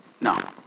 No